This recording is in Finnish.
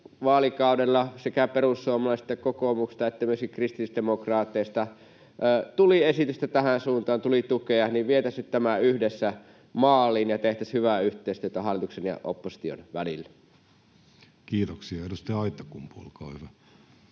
vaalikaudella sekä perussuomalaisista että kokoomuksesta että myöskin kristillisdemokraateista tuli esitystä tähän suuntaan, tuli tukea, niin että vietäisiin nyt tämä yhdessä maaliin ja tehtäisiin hyvää yhteistyötä hallituksen ja opposition välillä. [Speech 286] Speaker: Jussi